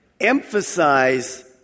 Emphasize